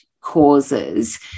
causes